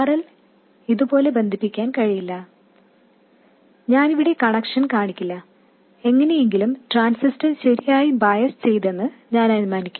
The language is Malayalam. RL ഇതുപോലെ ബന്ധിപ്പിക്കാൻ കഴിയില്ല ഞാൻ ഇവിടെ കണക്ഷൻ കാണിക്കില്ല എങ്ങനെയെങ്കിലും ട്രാൻസിസ്റ്റർ ശരിയായി ബയാസ് ചെയ്തെന്ന് ഞാൻ അനുമാനിക്കും